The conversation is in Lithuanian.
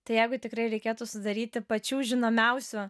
tai jeigu tikrai reikėtų sudaryti pačių žinomiausių